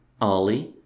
Ollie